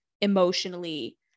emotionally